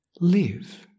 live